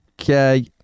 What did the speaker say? Okay